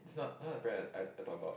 is not not the friend I I talk about